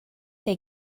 they